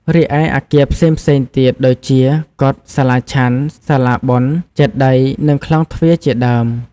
រីឯ អគារផ្សេងៗទៀតដូចជា កុដិ សាលាឆាន់ សាលាបុណ្យ ចេតិយ និងខ្លោងទ្វារជាដើម។